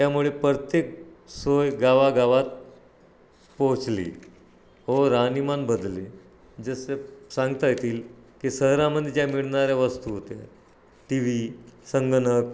त्यामुळे प्रत्येक सोय गावागावात पोहोचली व रहाणीमान बदलले जसे सांगता येतील की शहरामध्ये ज्या मिळणाऱ्या वस्तू होत्या टी व्ही संगणक